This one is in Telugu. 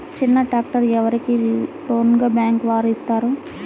చిన్న ట్రాక్టర్ ఎవరికి లోన్గా బ్యాంక్ వారు ఇస్తారు?